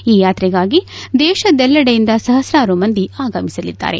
ಈ ಯಾತ್ರೆಗಾಗಿ ದೇಶದೆಲ್ಲೆಡೆಯಿಂದ ಸಹಸ್ರಾರು ಮಂದಿ ಆಗಮಿಸಲಿದ್ದಾರೆ